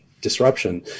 disruption